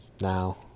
now